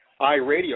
iRadio